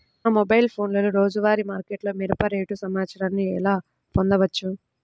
మా మొబైల్ ఫోన్లలో రోజువారీ మార్కెట్లో మిరప రేటు సమాచారాన్ని ఎలా పొందవచ్చు?